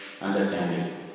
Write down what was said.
understanding